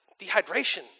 Dehydration